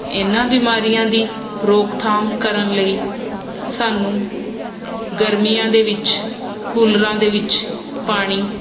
ਇਨ੍ਹਾਂ ਬਿਮਾਰੀਆਂ ਦੀ ਰੋਕਥਾਮ ਕਰਨ ਲਈ ਸਾਨੂੰ ਗਰਮੀਆਂ ਦੇ ਵਿੱਚ ਕੂਲਰਾਂ ਦੇ ਵਿੱਚ